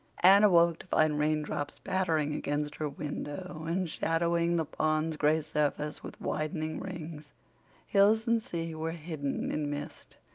anne awoke to find raindrops pattering against her window and shadowing the pond's gray surface with widening rings hills and sea were hidden in mist,